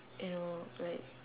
you know like